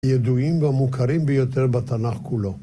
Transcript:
ידועים ומוכרים ביותר בתנ״ך כולו.